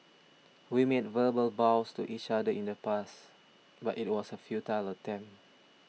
we made verbal vows to each other in the past but it was a futile attempt